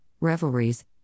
revelries